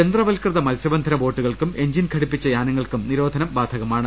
യന്ത്രവൽകൃത മത്സ്യബന്ധന ബോട്ടുകൾക്കും എഞ്ചിൻ ഘടിപ്പിച്ച യാനങ്ങൾക്കും നിരോധനം ബാധകമാണ്